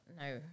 no